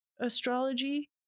astrology